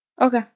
Okay